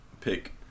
pick